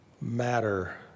matter